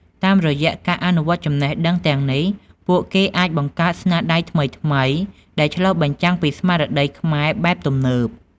តាមរយៈការអនុវត្តចំណេះដឹងទាំងនេះ ពួកគេអាចបង្កើតស្នាដៃថ្មីៗដែលឆ្លុះបញ្ចាំងពីស្មារតីខ្មែរបែបទំនើប។